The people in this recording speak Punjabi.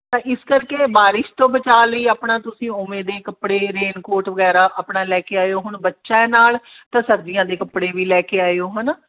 ਤਾਂ ਇਸ ਕਰਕੇ ਬਾਰਿਸ਼ ਤੋਂ ਬਚਾਅ ਲਈ ਆਪਣਾ ਤੁਸੀਂ ਉਵੇਂ ਦੇ ਕੱਪੜੇ ਰੇਨ ਕੋਟ ਵਗੈਰਾ ਆਪਣਾ ਲੈ ਕੇ ਆਇਓ ਹੁਣ ਬੱਚਾ ਨਾਲ ਤਾਂ ਸਰਦੀਆਂ ਦੇ ਕੱਪੜੇ ਵੀ ਲੈ ਕੇ ਆਇਓ ਹੈ ਨਾ